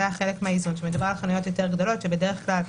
היה חלק מהאיזון כאשר מדובר יותר גדולות שבדרך כלל,